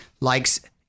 likes